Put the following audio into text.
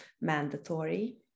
mandatory